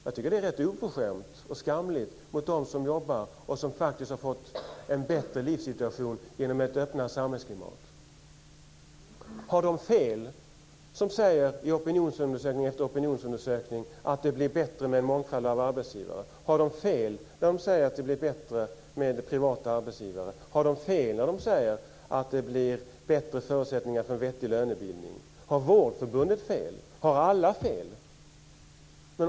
Jag tycker att det är rätt oförskämt och skamligt mot dem som jobbar och som faktiskt har fått en bättre livssituation genom ett öppnare samhällsklimat. Har de fel som i opinionsundersökning efter opinionsundersökning säger att det blir bättre med en mångfald av arbetsgivare? Har de fel när de säger att det blir bättre med privata arbetsgivare? Har de fel när de säger att det blir bättre förutsättningar för en vettig lönebildning? Har Vårdförbundet fel? Har alla fel?